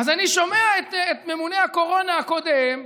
אז אני שומע את ממונה הקורונה הקודם,